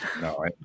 no